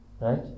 Right